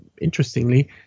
interestingly